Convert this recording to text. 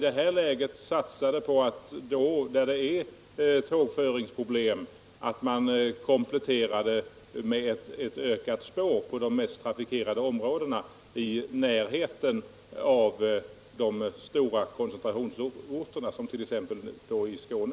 Men vore det då inte rimligt att öka kapaciteten med ytterligare ett spår på de mest trafikerade områdena, t.ex. i koncentrationsorternas närområde.